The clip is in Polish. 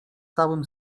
całym